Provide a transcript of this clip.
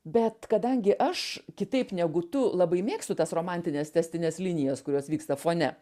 bet kadangi aš kitaip negu tu labai mėgstu tas romantines tęstines linijas kurios vyksta fone